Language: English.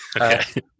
Okay